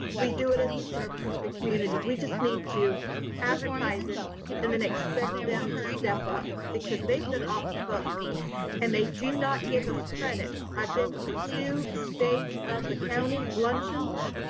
we do it as a service to the community. we just need to advertise it and then expect them to step up because they've been off the hook and they do not give us credit. i've been to two state of the county luncheons,